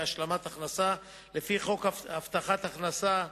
השלמת הכנסה לפי חוק הבטחת הכנסה,